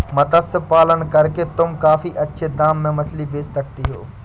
मत्स्य पालन करके तुम काफी अच्छे दाम में मछली बेच सकती हो